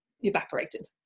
evaporated